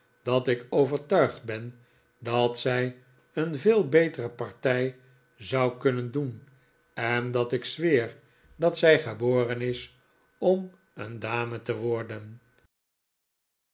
dat ik overtuigd ben dat zij een veel betere partij zou kunnen doen en dat ik zweer dat zij geboren is om een dame te worden